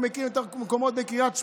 אנחנו מכירים את המקומות בקריית שמונה,